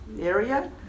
area